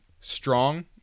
strong